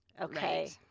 Okay